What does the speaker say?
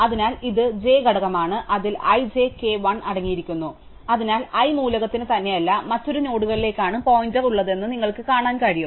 അതിനാൽ ഇത് j ഘടകമാണ് അതിൽ i j k l അടങ്ങിയിരിക്കുന്നു അതിനാൽ i മൂലകത്തിന് തന്നെയല്ല മറ്റൊരു നോഡുകളിലേക്കാണ് പോയിന്റർ ഉള്ളതെന്ന് നിങ്ങൾക്ക് കാണാൻ കഴിയും